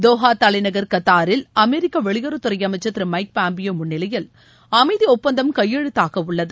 Doha தலைநகர் கத்தாரில் அமெரிக்க வெளியுறவுத்துறை அமைச்சர் திரு மைக் பாம்ப்பியோ முன்னிலையில் அமைதி ஒப்பந்தம் கையெழுத்தாக உள்ளது